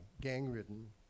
gang-ridden